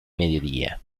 mediodía